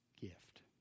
gift